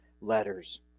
letters